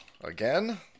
Again